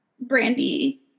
Brandy